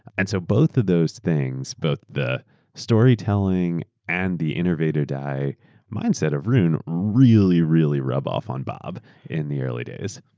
and so both of those things, both the storytelling and the ainnovate or diea mindset of roone, really, really rub off on bob in the early days.